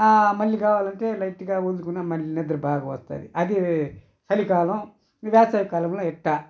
మళ్ళీ కావాలంటే లైట్గా ఊదుకున్న మళ్ళీ నిద్ర బాగా వస్తుంది అది చలికాలం వేసవి కాలంలో ఇట్టా